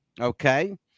Okay